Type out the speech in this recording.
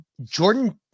Jordan